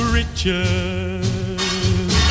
riches